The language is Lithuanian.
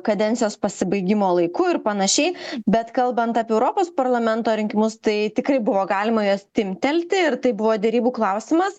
kadencijos pasibaigimo laiku ir panašiai bet kalbant apie europos parlamento rinkimus tai tikrai buvo galima juos timptelti ir tai buvo derybų klausimas